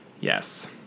Yes